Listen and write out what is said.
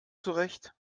zurecht